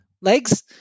legs